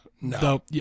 No